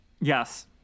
Yes